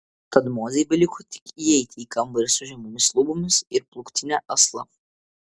tad mozei beliko tik įeiti į kambarį su žemomis lubomis ir plūktine asla